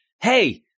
hey